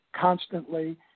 constantly